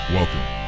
Welcome